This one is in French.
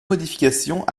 modifications